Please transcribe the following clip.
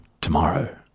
tomorrow